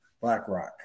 BlackRock